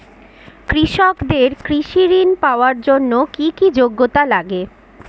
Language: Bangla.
কৃষকদের কৃষি ঋণ পাওয়ার জন্য কী কী যোগ্যতা লাগে?